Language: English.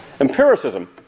Empiricism